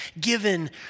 given